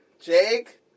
Jake